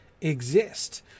exist